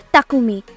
Takumi